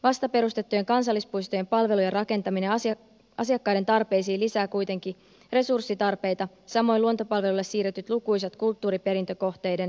vastaperustettujen kansallispuistojen palvelujen rakentaminen asiakkaiden tarpeisiin lisää kuitenkin resurssitarpeita samoin luontopalveluille siirretyt lukuisat kulttuuriperintökohteiden kunnostustarpeet